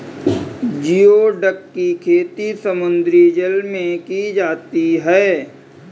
geoduck की खेती समुद्री जल में की जाती है